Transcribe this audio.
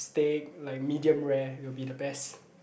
steak like medium rare will be the best